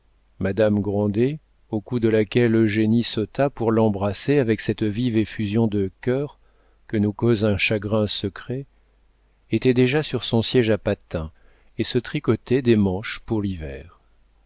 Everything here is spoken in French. madame grandet au cou de laquelle eugénie sauta pour l'embrasser avec cette vive effusion de cœur que nous cause un chagrin secret était déjà sur son siége à patins et se tricotait des manches pour l'hiver